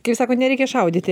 kaip sako nereikia šaudyti